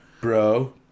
Bro